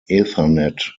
ethernet